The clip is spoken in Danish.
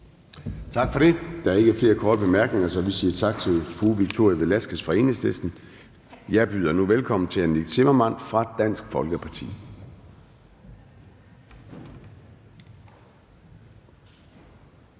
Tak for det. Der er ikke flere korte bemærkninger, så vi siger tak til fru Victoria Velasquez fra Enhedslisten. Jeg byder nu velkommen til hr. Nick Zimmermann fra Dansk Folkeparti.